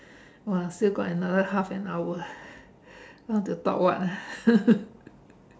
!wah! still got another half an hour eh want to talk what ah